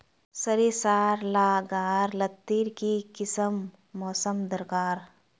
सरिसार ला गार लात्तिर की किसम मौसम दरकार?